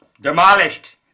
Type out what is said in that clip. Demolished